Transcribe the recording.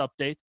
update